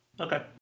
Okay